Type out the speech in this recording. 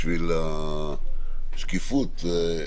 בשביל השקיפות,